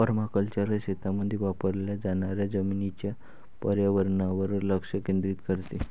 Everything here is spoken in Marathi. पर्माकल्चर शेतीमध्ये वापरल्या जाणाऱ्या जमिनीच्या पर्यावरणावर लक्ष केंद्रित करते